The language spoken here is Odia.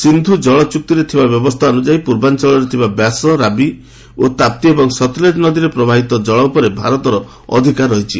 ସିନ୍ଧୁ ଜଳ ଚୁକ୍ତିରେ ଥିବା ବ୍ୟବସ୍ଥା ଅନୁଯାୟୀ ପୂର୍ବାଞ୍ଚଳରେ ଥିବା ବ୍ୟାସ୍ ରାବି ତାପ୍ତି ଏବଂ ସତ୍ଲେଜ ନଦୀରେ ପ୍ରବାହିତ ଜଳ ଉପରେ ଭାରତର ଅଧିକାର ରହିଛି